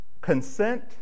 consent